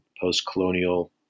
post-colonial